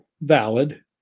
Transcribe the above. valid